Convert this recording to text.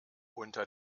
unter